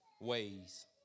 ways